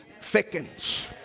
thickens